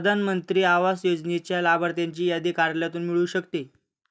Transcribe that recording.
प्रधान मंत्री आवास योजनेच्या लाभार्थ्यांची यादी कार्यालयातून मिळू शकते